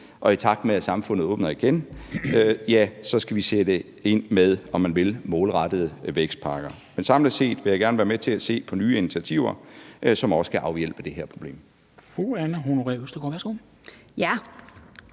i takt med at samfundet åbner igen, ja, så skal vi sætte ind med, om man vil, målrettede vækstpakker. Men samlet set vil jeg gerne være med til at se på nye initiativer, som også kan afhjælpe det her problem.